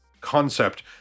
concept